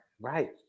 right